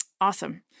Awesome